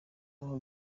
aho